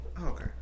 Okay